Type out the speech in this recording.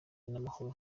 n’amahoro